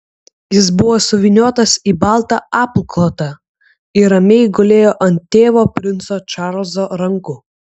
jis buvo suvyniotas į baltą apklotą ir ramiai gulėjo ant tėvo princo čarlzo rankų